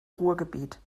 ruhrgebiet